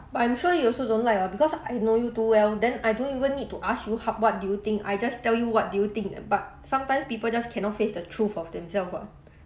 but I'm sure you also don't like [what] because I know you too well then I don't even need to ask you ho~ what do you think I just tell you what do you think about but sometimes people just cannot face the truth of themselves [what]